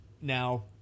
Now